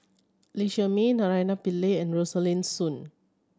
Lee Shermay Naraina Pillai and Rosaline Soon